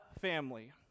family